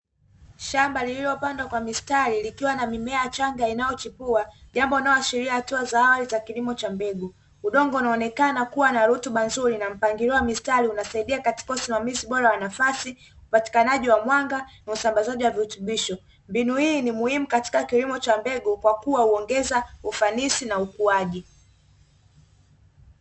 Shamba lililopandwa kwa misrati, likiwa na mimea changa inayochipua. Jambo linaloashiria hatua za awali za kilimo cha mbegu. Udongo unaonekana kuwa na rutuba nzuri na mpangilio wa mistari unasaidia katika usimamizi bora wa nafasi, upatikanaji wa mwanga na usambazaji wa virutubisho. Mbinu hii ni muhimu katika kilimo cha mbegu kwa kuwa huongeza ufanisi na ukuaji.